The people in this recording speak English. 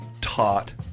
taught